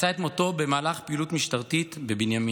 מצא את מותו במהלך פעילות משטרתית בבנימין.